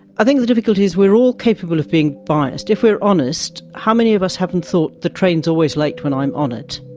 i think the difficulty is we are all capable of being biased. if we are honest, how many of us haven't thought the train is always late when i'm on it,